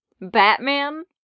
Batman